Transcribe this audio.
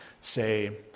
say